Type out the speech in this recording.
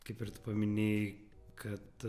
kaip ir tu paminėjai kad